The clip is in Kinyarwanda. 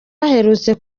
aherutse